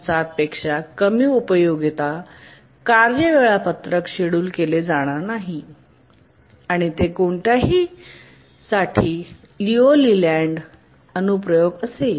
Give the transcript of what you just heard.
7 पेक्षा कमी उपयोगिता कार्य वेळापत्रक शेड्यूल केले जाणार नाही आणि ते कोणत्याही साठी लिऊ लेलँडचा अनुप्रयोग असेल